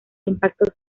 impacto